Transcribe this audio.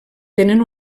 tenen